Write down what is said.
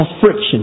friction